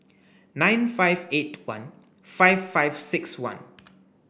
nine five eight one five five six one